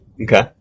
Okay